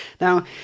Now